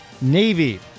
Navy